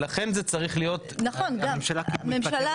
הממשלה